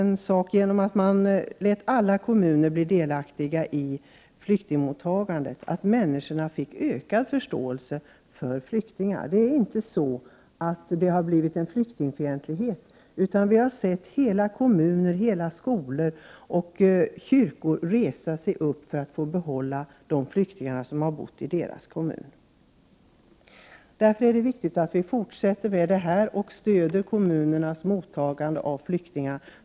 Alla kommuner har ju gjorts delaktiga i flyktingmottagandet. I och med detta har människorna större förståelse för flyktingar. Det är alltså inte så, att det har uppstått en flyktingfientlighet. I stället kan vi konstatera att kommuner, skolor och kyrkor kämpar för att få behålla de flyktingar som bott i kommunen. Därför är det viktigt att vi fortsätter med detta arbete och stöder kommunernas mottagande av flyktingar.